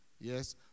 Yes